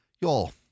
Y'all